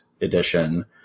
edition